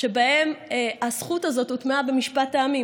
שבהן הזכות הזאת הוטמעה במשפט העמים,